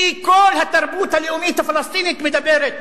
כי כל התרבות הלאומית הפלסטינית מדברת